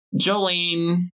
Jolene